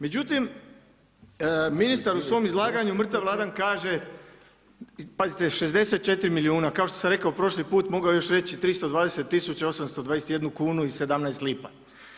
Međutim, ministar u svom izlaganju mrtav ladan kaže, pazite 64 milijuna, kao što sam rekao prošli put mogao je još reći 320 tisuća 821 kunu i 17 lipa.